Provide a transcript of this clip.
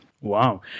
Wow